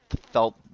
felt